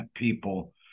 people